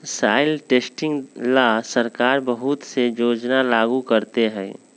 soil testing ला सरकार बहुत से योजना लागू करते हई